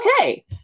okay